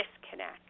Disconnect